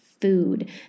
food